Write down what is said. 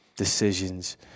decisions